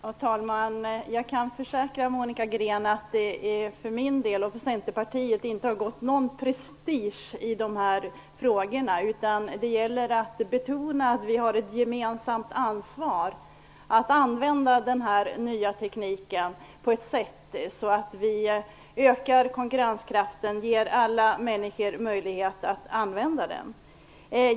Herr talman! Jag kan försäkra Monica Green om att det för min och Centerpartiets del inte har gått någon prestige i dessa frågor. Det gäller att betona det gemensamma ansvaret vi har för att använda denna nya teknik på ett sätt så att konkurrenskraften ökas och alla människor får möjlighet att använda tekniken.